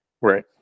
Right